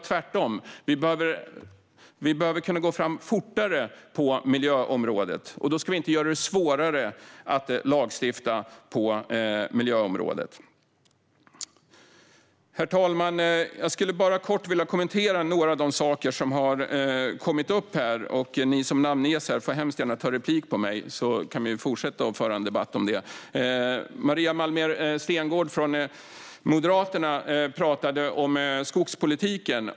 Tvärtom behöver vi kunna gå fortare fram på miljöområdet, och då ska vi inte göra det svårare att lagstifta på miljöområdet. Herr talman! Jag vill bara kort kommentera några av de saker som har kommit upp här. Ni som namnges får hemskt gärna ta replik på mig, så kan vi fortsätta föra debatt om det. Maria Malmer Stenergard från Moderaterna talade om skogspolitiken.